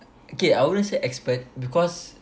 okay I wouldn't say expert because